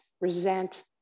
resent